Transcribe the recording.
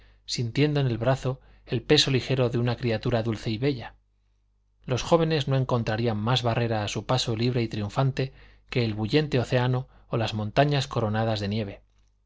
sintiendo en el brazo el peso ligero de una criatura dulce y bella los jóvenes no encontrarían más barrera a su paso libre y triunfante que el bullente océano o las montañas coronadas de nieve